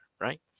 right